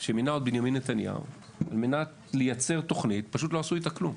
שמינה בנימין נתניהו על מנת לייצר תוכנית ופשוט לא עשו איתה כלום.